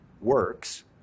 works